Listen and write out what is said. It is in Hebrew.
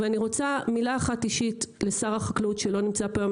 ואני רוצה מילה אחת אישית לשר החקלאות שלא נמצא פה היום,